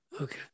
Okay